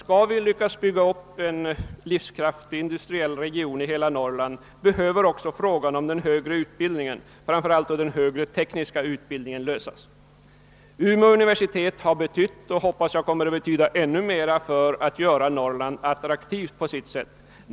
Skall vi lyckas bygga upp en livskraftig industriell region av hela Norrland behöver också frågan om den högre utbildningen, framför allt den högre tekniska utbildningen, lösas. Umeå universitet har betytt mycket, och jag hoppas att det också i fortsättningen skall betyda ännu mer för att göra Norrland till ett attraktivt område.